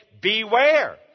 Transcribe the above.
beware